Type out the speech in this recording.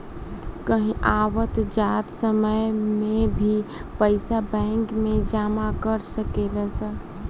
कहीं आवत जात समय में भी पइसा बैंक में जमा कर सकेलऽ